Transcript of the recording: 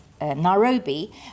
Nairobi